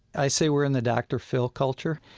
i say we're in the dr. phil culture.